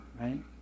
right